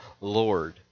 Lord